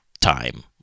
time